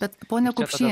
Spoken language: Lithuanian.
bet pone kupšy